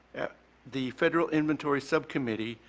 the federal inventory subcommittee,